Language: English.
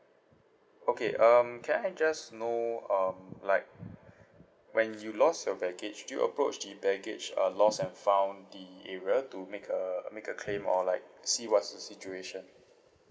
okay um can I just know um like when you lost your baggage did you approach the baggage uh lost and found the area to make a make a claim or like see what's the situation